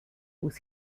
was